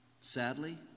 Sadly